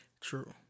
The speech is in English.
True